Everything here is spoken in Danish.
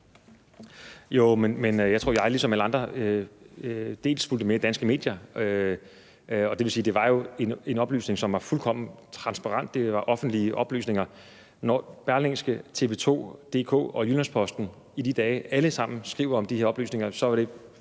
Jo, men jeg tror, at jeg ligesom alle andre fulgte med i danske medier, og det vil sige, at det jo var en oplysning, som var fuldkommen transparent; det var offentlige oplysninger. Når Berlingske, tv2.dk og Jyllands-Posten i de dage alle sammen skrev om de her oplysninger, så var det